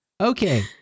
Okay